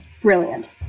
Brilliant